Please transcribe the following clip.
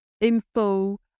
info